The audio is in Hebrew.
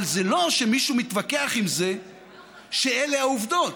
אבל זה לא שמישהו מתווכח עם זה שאלה העובדות.